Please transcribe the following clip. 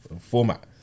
format